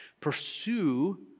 pursue